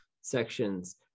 sections